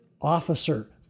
officer